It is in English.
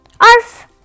Arf